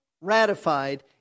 ratified